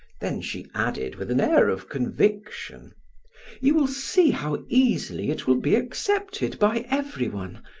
then she added with an air of conviction you will see how easily it will be accepted by everyone!